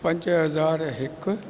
पंज हज़ार हिकु